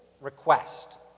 request